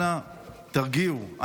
אנא תרגיעו,